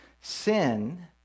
sin